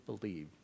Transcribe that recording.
believe